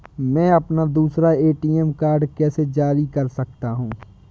मैं अपना दूसरा ए.टी.एम कार्ड कैसे जारी कर सकता हूँ?